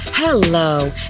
Hello